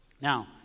Now